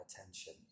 attention